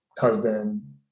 husband